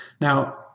Now